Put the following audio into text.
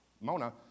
Mona